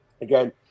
again –